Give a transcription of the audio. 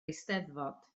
eisteddfod